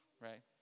right